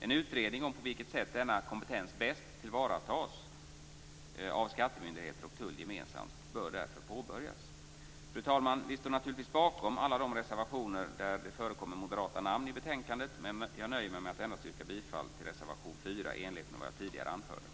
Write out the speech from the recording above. En utredning om på vilket sätt denna kompetens bäst tillvaratas av skattemyndigheter och tull gemensamt bör därför påbörjas. Fru talman! Vi står naturligtvis bakom alla de reservationer vid betänkandet där det förekommer moderata namn, men jag nöjer mig med att yrka bifall endast till reservation 4, i enlighet med vad jag tidigare anförde.